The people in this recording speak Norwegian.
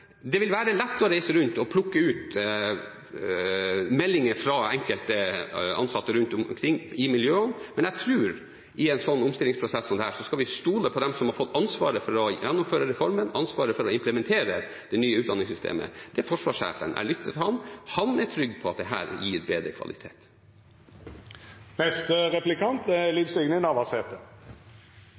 lett å reise rundt og plukke ut meldinger fra enkelte ansatte rundt omkring i miljøene, men jeg tror at i en omstillingsprosess som dette skal vi stole på dem som har fått ansvaret for å gjennomføre reformen, ansvaret for å implementere det nye utdanningssystemet. Det er forsvarssjefen. Jeg lytter til ham. Han er trygg på at dette gir bedre kvalitet. Statsråden seier at forsvarssjefen er